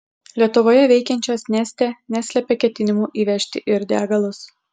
lietuvoje veikiančios neste neslepia ketinimų įvežti ir degalus